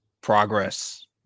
progress